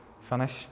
finish